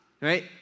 right